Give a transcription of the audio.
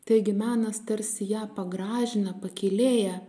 taigi menas tarsi ją pagražina pakylėja